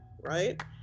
right